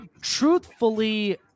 truthfully